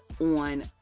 on